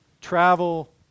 travel